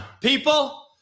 people